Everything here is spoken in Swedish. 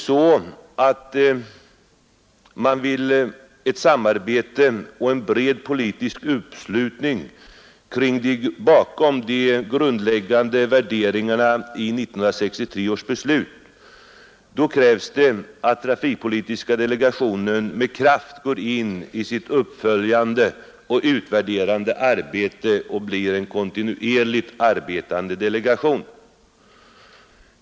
Om man vill ha ett samarbete och en bred politisk uppslutning bakom de grundläggande värderingarna i 1963 års beslut, då krävs det att trafikpolitiska delegationen med kraft går in i sitt uppföljande och utvärderande arbete och blir en kontinuerligt arbetande delegation.